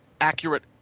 accurate